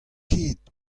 ket